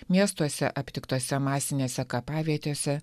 miestuose aptiktose masinėse kapavietėse